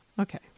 Okay